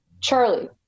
charlie